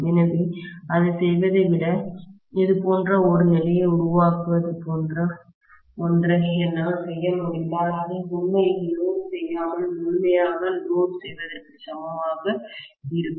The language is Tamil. எனவே அதைச் செய்வதை விட இதுபோன்ற ஒரு நிலையை உருவாக்குவது போன்ற ஒன்றை என்னால் செய்ய முடிந்தால் அதை உண்மையில் லோடு செய்யாமல் முழுமையாக லோடு செய்வதற்கு சமமாக இருக்கும்